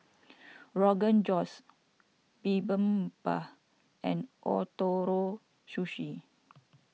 Rogan Josh Bibimbap and Ootoro Sushi